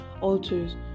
altars